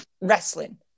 wrestling